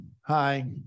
hi